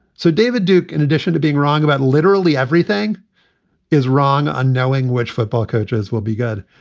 so, david duke, in addition to being wrong about literally everything is wrong on knowing which football coaches will be good.